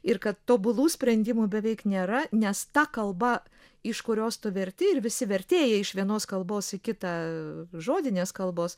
ir kad tobulų sprendimų beveik nėra nes ta kalba iš kurios tu verti ir visi vertėjai iš vienos kalbos į kitą žodinės kalbos